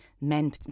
men